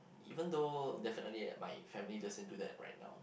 even though definitely my family doesn't do that right now